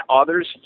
others